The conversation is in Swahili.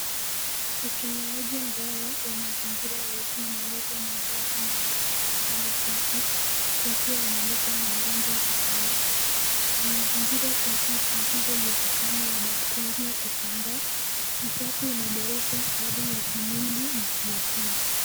Utumiaji mbaya wa mazingira yetu inaleta madhara mabaya kwa hali zetu kwa kuwa yanaleta magonjwa tofauti. Mazingira safi hupunguza uwezekano wa bakteria kusambaa, usafi unaboresha hali ya kimwili na kiakili.